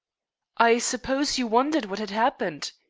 i suppose you wondered what had happened,